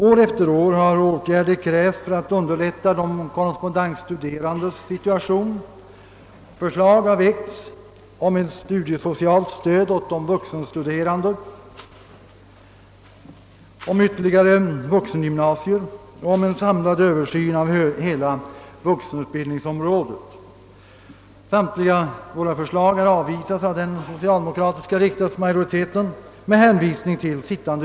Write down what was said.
År efter år har åtgärder krävts för att underlätta de korrespondensstuderandes situation. Förslag har väckts om studiesocialt stöd åt de vuxenstuderande, om ytterligare vuxengymnasier och om en samlad översyn av hela vuxenutbildningsområdet. Samtliga dessa våra förslag har med hänvisning till arbetande utredningar avvisats av den socialdemokratiska riksdagsmajoriteten.